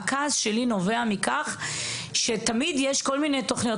הכעס שלי נובע מכך שתמיד יש כל מיני תוכניות,